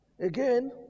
again